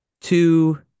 two